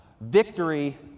victory